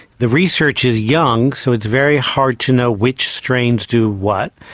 the research is young, so it's very hard to know which strains do what.